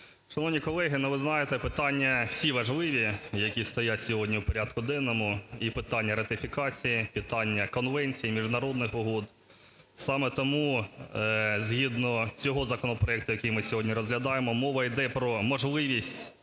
Шановні колеги, ви знаєте, питання всі важливі, які стоять сьогодні в порядку денному, - і питання ратифікації, і питання конвенцій, міжнародних угод – саме тому згідно цього законопроекту, який ми сьогодні розглядаємо, мова йде про можливість